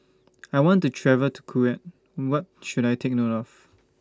I want to travel to Kuwait What should I Take note of